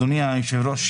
אדוני היושב ראש,